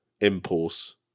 impulse